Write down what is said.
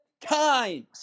times